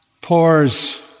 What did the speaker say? pours